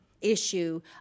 issue